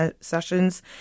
sessions